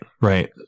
Right